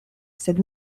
sed